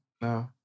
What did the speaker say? no